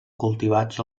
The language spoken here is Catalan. cultivats